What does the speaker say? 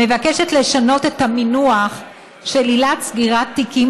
מבקשת לשנות את המינוח של עילת סגירת תיקים